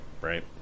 Right